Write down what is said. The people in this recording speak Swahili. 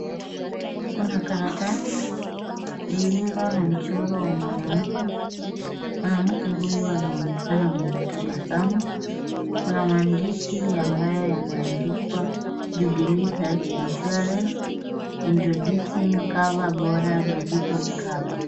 Kuna karatasi lililo na mchoro wa mwanamke, mwanamke huyu anaonekana mwenye tabasamu . Kuna maandishi ambayo yameandikwa (cs) Jubilee Health Insurance introducing Cover bora Medical Tower (cs).